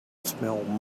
smelled